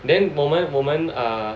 then 我们我们 err